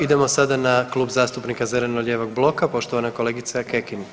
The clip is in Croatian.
Idemo sada na Klub zastupnika zeleno-lijevog bloka, poštovana kolegica Kekin.